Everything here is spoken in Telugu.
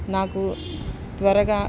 నాకు త్వరగా